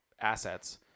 assets